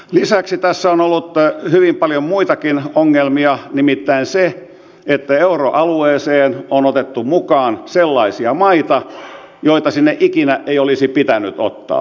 lisäksi tässä on ollut hyvin paljon muitakin ongelmia nimittäin se että euroalueeseen on otettu mukaan sellaisia maita joita sinne ikinä ei olisi pitänyt ottaa